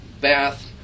bath